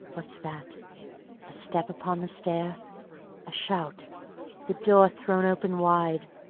what's that a step upon the stair a shout the door thrown open wide!